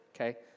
Okay